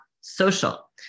social